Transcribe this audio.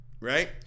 Right